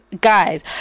guys